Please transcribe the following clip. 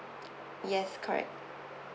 yes correct